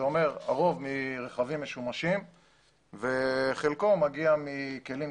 הרוב מרכבים משומשים וחלקו מגיע מכלים כבדים,